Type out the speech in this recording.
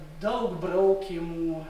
daug braukymų